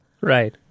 Right